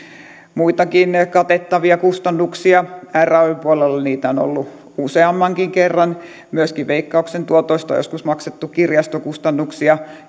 muitakin katettavia kustannuksia rayn puolella niitä on ollut useammankin kerran myöskin veikkauksen tuotoista on joskus maksettu kirjastokustannuksia